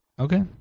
Okay